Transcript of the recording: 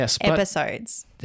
episodes